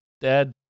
Dad